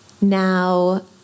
now